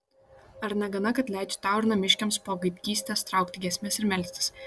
ar negana kad leidžiu tau ir namiškiams po gaidgystės traukti giesmes ir melstis